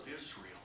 Israel